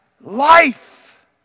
life